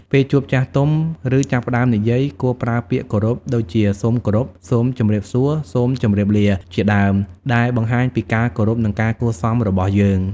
ពេលជួបចាស់ទុំ ឬចាប់ផ្ដើមនិយាយ គួរប្រើពាក្យគោរពដូចជា "សូមគោរព" "សូមជំរាបសួរ" "សូមជម្រាបលា" ជាដើម ដែលបង្ហាញពីការគោរព និងការគួរសមរបស់យើង។